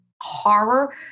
horror